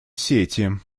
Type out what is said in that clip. сети